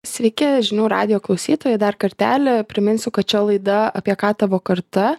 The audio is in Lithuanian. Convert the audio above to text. sveiki žinių radijo klausytojai dar kartelį priminsiu kad čia laida apie ką tavo karta